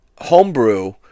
homebrew